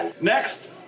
Next